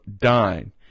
Dine